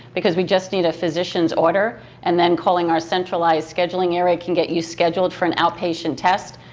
because we just need a physician's order and then calling our centralized scheduling area can get you scheduled for an outpatient test,